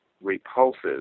repulses